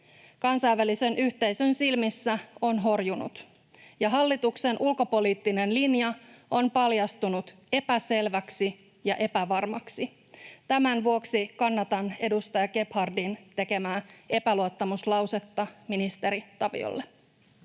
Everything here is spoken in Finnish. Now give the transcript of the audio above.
kansainvälisen yhteisön silmissä on horjunut ja hallituksen ulkopoliittinen linja on paljastunut epäselväksi ja epävarmaksi. Tämän vuoksi kannatan edustaja Gebhardin tekemää epäluottamuslausetta ministeri Taviolle.